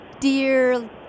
dear